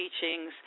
teachings